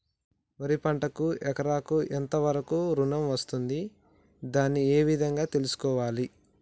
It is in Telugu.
వరి పంటకు ఎకరాకు ఎంత వరకు ఋణం వస్తుంది దాన్ని ఏ విధంగా తెలుసుకోవాలి?